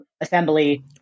assembly